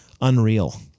unreal